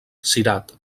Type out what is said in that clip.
cirat